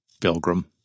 Pilgrim